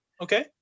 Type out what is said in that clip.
Okay